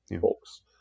folks